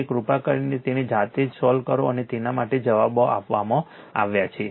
તેથી કૃપા કરીને તેને જાતે જ સોલ્વ કરો આના માટે જવાબો આપવામાં આવ્યા છે